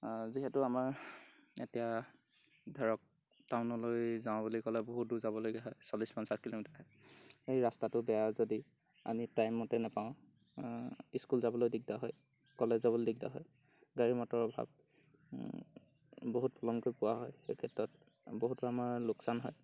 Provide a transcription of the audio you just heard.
যিহেতু আমাৰ এতিয়া ধৰক টাউনলৈ যাওঁ বুলি ক'লে বহুত দূৰ যাবলগা হয় চল্লিছ পঞ্চাশ কিলোমিটাৰ সেই ৰাস্তাটো বেয়া যদিও আমি টাইমতে নাপাওঁ স্কুল যাবলৈ দিগদাৰ হয় কলেজ যাবলৈ দিগদাৰ গাড়ী মটৰৰ অভাৱ বহুত সেই ক্ষেত্ৰত বহুত আমাৰ লোকচান হয়